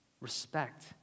respect